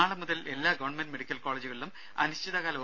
നാളെ മുതൽ എല്ലാ ഗവൺമെന്റ് മെഡിക്കൽ കോളജുകളിലും അനിശ്ചിതകാല ഒ